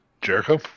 Jericho